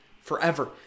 forever